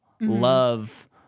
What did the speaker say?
love